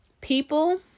People